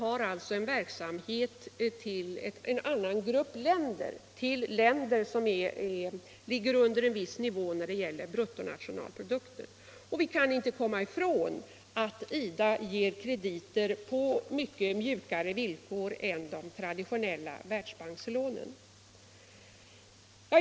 Men IDA:s verksamhet avser en annan grupp länder än Världsbankens, nämligen länder som har en bruttonationalprodukt under en viss nivå. Vi kan inte komma ifrån att IDA ger krediter på mycket mjukare villkor än de som gäller för de traditionella Världsbankslånen.